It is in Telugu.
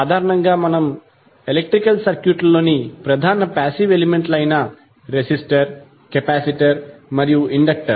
సాధారణంగా మన ఎలక్ట్రికల్ సర్క్యూట్లలోని ప్రధాన పాశివ్ ఎలిమెంట్ లయిన రెసిస్టర్ కెపాసిటర్ మరియు ఇండక్టర్